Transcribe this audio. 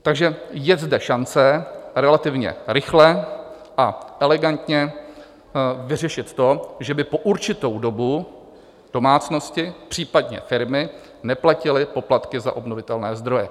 Takže je zde šance relativně rychle a elegantně vyřešit to, že by po určitou dobu domácnosti, případně firmy neplatily poplatky za obnovitelné zdroje.